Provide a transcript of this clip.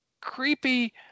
creepy